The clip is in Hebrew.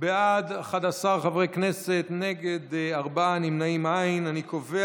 הפליה במוצרים, בשירותים ובכניסה למקומות בידור